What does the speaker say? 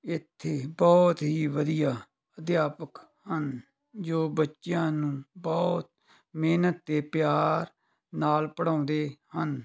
ਇੱਥੇ ਬਹੁਤ ਹੀ ਵਧੀਆ ਅਧਿਆਪਕ ਹਨ ਜੋ ਬੱਚਿਆਂ ਨੂੰ ਬਹੁਤ ਮਿਹਨਤ ਅਤੇ ਪਿਆਰ ਨਾਲ ਪੜ੍ਹਾਉਂਦੇ ਹਨ